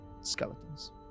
skeletons